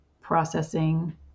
processing